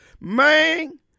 Man